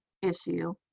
issue